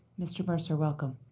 mr. mercer, welcome.